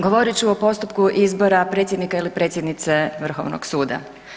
Govorit ću o postupku izbora predsjednika ili predsjednice Vrhovnog suda.